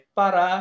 para